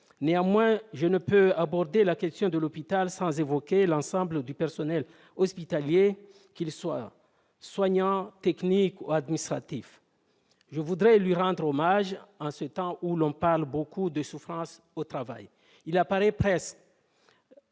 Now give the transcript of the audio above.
Néanmoins, je ne peux aborder la question de l'hôpital sans évoquer l'ensemble du personnel hospitalier, qu'il soit soignant, technique ou administratif. Je voudrais lui rendre hommage en ces temps où l'on parle beaucoup de souffrance au travail. Il apparaît presque